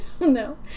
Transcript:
No